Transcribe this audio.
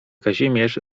kazimierz